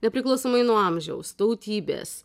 nepriklausomai nuo amžiaus tautybės